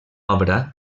obra